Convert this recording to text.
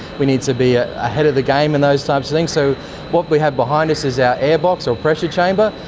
we need to be ah ahead of the game in those types of things. so what we have behind us is our air box or pressure chamber.